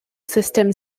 system